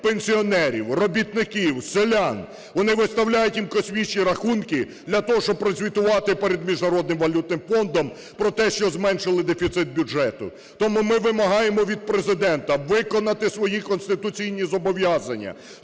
пенсіонерів, робітників, селян. Вони виставляють їм космічні рахунки для того, щоб прозвітувати перед Міжнародним валютним фондом про те, що зменшили дефіцит бюджету. Тому ми вимагаємо від Президента виконати свої конституційні зобов'язання: